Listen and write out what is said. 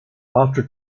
after